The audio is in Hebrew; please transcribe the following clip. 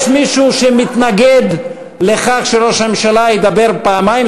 יש מישהו שמתנגד לכך שראש הממשלה ידבר פעמיים,